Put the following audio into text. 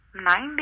Ninety